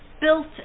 built